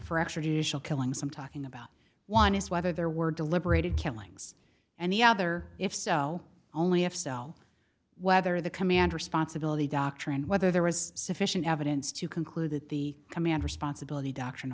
judicial killings i'm talking about one is whether there were deliberated killings and the other if so only if cell whether the command responsibility doctrine whether there was sufficient evidence to conclude that the command responsibility doctrine